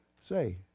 Say